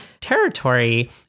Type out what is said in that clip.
territory